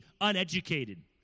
uneducated